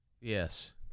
yes